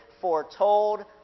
foretold